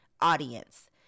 audience